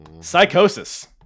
Psychosis